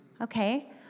Okay